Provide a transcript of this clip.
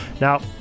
Now